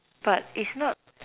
but it's not